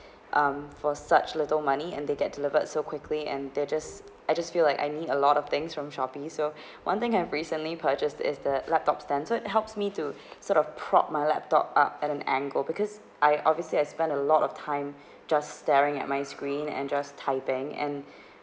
um for such little money and they get delivered so quickly and they're just I just feel like I need a lot of things from Shopee so one thing I've recently purchased is the laptop stand so it helps me to sort of prop my laptop up at an angle because I obviously I spend a lot of time just staring at my screen and just typing and